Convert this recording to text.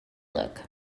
look